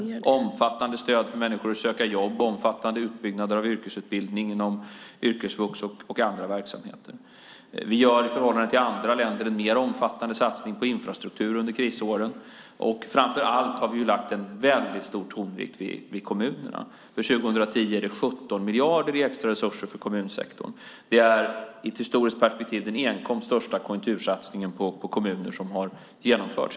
Vi har ett omfattande stöd för människor att söka jobb, en omfattande utbyggnad av yrkesutbildningen inom yrkesvux och andra verksamheter. Vi gör i förhållande till andra länder en mer omfattande satsning på infrastruktur under krisåren, och framför allt har vi lagt stor vikt vid kommunerna. För 2010 handlar det om 17 miljarder i extraresurser för kommunsektorn. Det är i ett historiskt perspektiv den enskilt största konjunktursatsningen på kommuner som har genomförts.